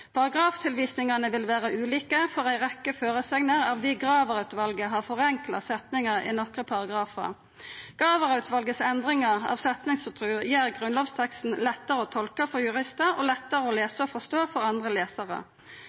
vil vera ulike for ei rekkje føresegner av di Graver-utvalet har forenkla setningar i nokre paragrafar. Graver-utvalet sine endringar av setningsstruktur gjer grunnlovsteksten lettare å tolka for juristar, og lettare å lesa og forstå for andre lesarar.